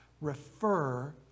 refer